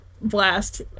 blast